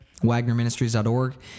WagnerMinistries.org